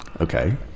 okay